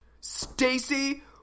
Stacy